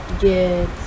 Yes